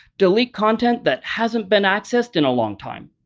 delete content that hasn't been accessed in a long time,